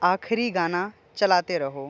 आखरी गाना चलाते रहो